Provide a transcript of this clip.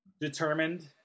determined